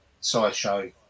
sideshow